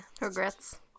regrets